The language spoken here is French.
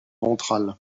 ventrale